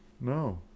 No